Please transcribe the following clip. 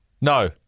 No